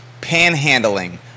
panhandling